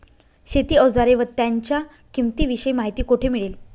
शेती औजारे व त्यांच्या किंमतीविषयी माहिती कोठे मिळेल?